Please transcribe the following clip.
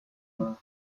کنم